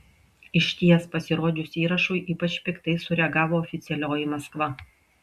išties pasirodžius įrašui ypač piktai sureagavo oficialioji maskva